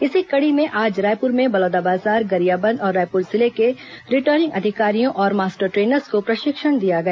इसी कड़ी में आज रायपुर में बलौदाबाजार गरियाबंद और रायपुर जिले के रिटर्निंग अधिकारियों और मास्टर ट्रेनर्स को प्रशिक्षण दिया गया